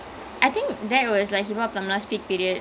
அப்போ நல்லா பாட்டு போட்டு இருந்தாரு:appo nallaa paattu pottu irunthaaru ya